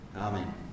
Amen